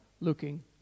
looking